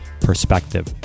perspective